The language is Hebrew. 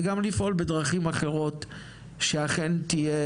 וגם לפעול בדרכים אחרות כדי שאכן תהיה